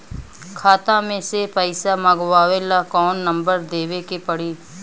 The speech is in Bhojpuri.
खाता मे से पईसा मँगवावे ला कौन नंबर देवे के पड़ी?